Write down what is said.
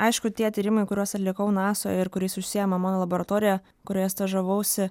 aišku tie tyrimai kuriuos atlikau nasoj ir kuriais užsiima mano laboratorija kurioje stažavausi